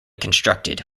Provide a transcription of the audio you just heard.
constructed